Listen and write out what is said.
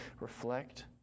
reflect